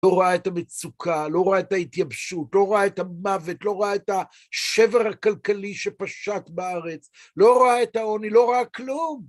לא ראה את המצוקה, לא ראה את ההתייבשות, לא ראה את המוות, לא ראה את השבר הכלכלי שפשט בארץ, לא ראה את העוני, לא ראה כלום.